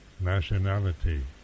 nationality